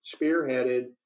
spearheaded